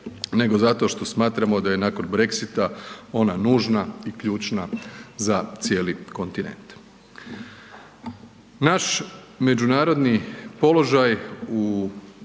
nego zato što smatramo da je nakon Brexita ona nužna i ključna za cijeli kontinent.